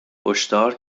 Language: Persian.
هشدار